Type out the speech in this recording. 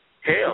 Hell